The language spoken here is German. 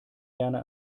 gerne